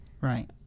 Right